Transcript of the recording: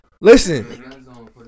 Listen